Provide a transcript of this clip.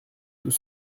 tous